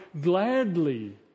gladly